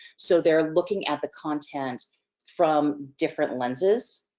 so they're looking at the content from different lenses,